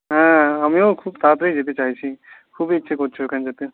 হ্যাঁ আমিও খুব তাড়াতাড়ি যেতে চাইছি খুবই ইচ্ছে করছে ওখানে যেতে